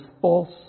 false